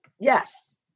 Yes